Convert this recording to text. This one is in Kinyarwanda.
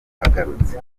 agarutse